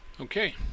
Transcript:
Okay